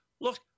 Look